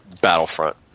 Battlefront